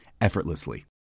effortlessly